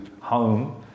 home